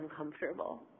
uncomfortable